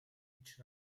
each